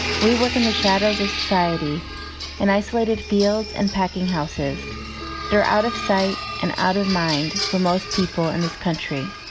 we work in the shadows of society in and isolated fields and packing houses that are out of sight and out of mind for most people in this country.